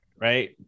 right